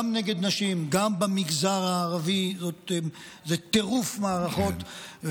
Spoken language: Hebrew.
גם נגד נשים, גם במגזר הערבי, זה טירוף מערכות.